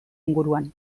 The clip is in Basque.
inguruan